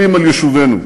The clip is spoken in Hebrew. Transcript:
לשאת את דברו.